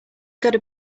gotta